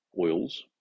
oils